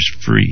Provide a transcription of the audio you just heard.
free